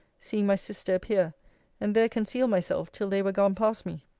seeing my sister appear and there concealed myself till they were gone past me.